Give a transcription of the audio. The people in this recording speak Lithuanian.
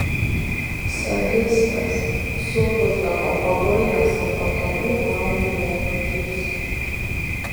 sadistas sukužda kol paguldęs ant patalų nuaunu jai batus